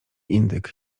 indyk